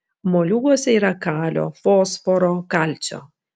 moliūguose yra kalio fosforo kalcio